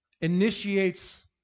initiates